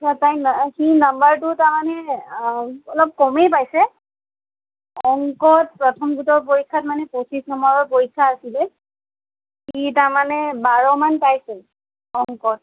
আচ্ছা তাৰ সি নম্বৰটো তাৰমানে অলপ কমেই পাইছে অংকত প্ৰথম দুটা পৰীক্ষাত মানে পঁচিছ নম্বৰৰ পৰীক্ষা আছিলে সি তাৰমানে বাৰমান পাইছে অংকত